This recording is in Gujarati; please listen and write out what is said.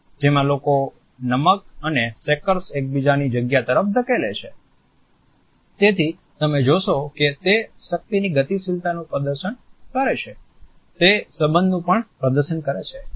જેમાં લોકો નમક અને શેકર્શ એકબીજાની જગ્યા તરફ ધકેલે છે તેથી તમે જોશો કે તે શક્તિની ગતિશીલતાનું પ્રદર્શન કરે છે તે સંબંધનું પણ પ્રદર્શન કરે છે